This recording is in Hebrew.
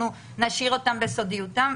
אנחנו נשאיר אותם בסודיותם?